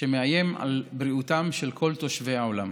המאיים על בריאותם של כל תושבי העולם.